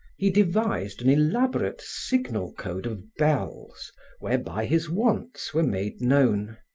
he devised an elaborate signal code of bells whereby his wants were made known.